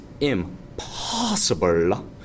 impossible